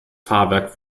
fahrwerk